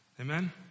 Amen